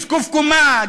זקוף קומה,